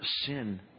sin